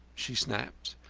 she snapped.